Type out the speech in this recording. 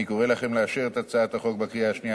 אני קורא לכם לאשר את הצעת החוק בקריאה השנייה